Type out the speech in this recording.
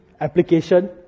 application